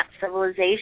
civilization